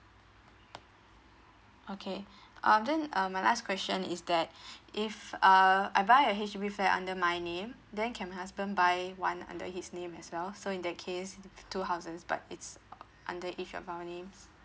okay um then um my last question is that if uh I buy a H_D_B flat under my name then can my husband buy one under his name as well so in that case two houses but it's under each of our names